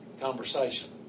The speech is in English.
conversation